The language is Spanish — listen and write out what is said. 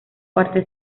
parte